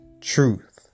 truth